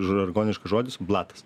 žargoniškas žodis blatas